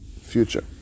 future